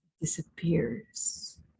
disappears